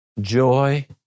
Joy